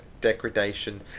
degradation